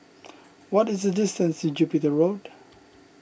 what is the distance to Jupiter Road